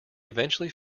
eventually